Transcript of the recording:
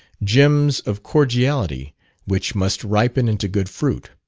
gems of cordiality which must ripen into good fruit.